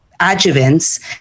adjuvants